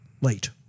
late